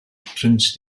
prince